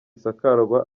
isakarwa